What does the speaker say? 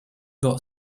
got